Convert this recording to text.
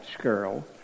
girl